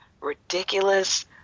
ridiculous